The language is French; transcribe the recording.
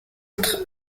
entre